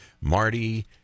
Marty